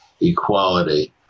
equality